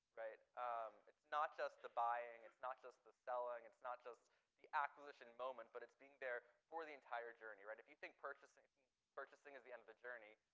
um it's not just the buying. it's not just the selling. it's not just the acquisition moment. but it's being there for the entire journey. if you think purchasing purchasing is the end of the journey,